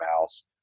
house